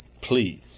please